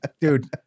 dude